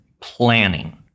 planning